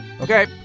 Okay